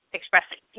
expressing